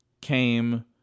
came